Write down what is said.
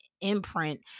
imprint